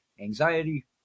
anxiety